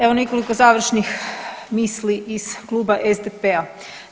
Evo nekoliko završnih misli iz kluba SDP-a.